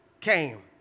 came